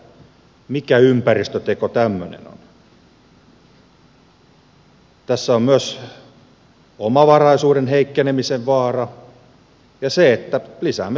tässä on myös omavaraisuuden heikkenemisen vaara ja se vaara että lisäämme tuontiriippuvuutta